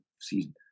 season